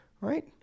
right